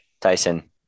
Tyson